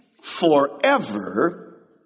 forever